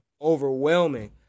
overwhelming